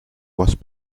was